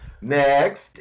Next